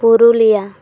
Purulia